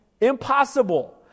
Impossible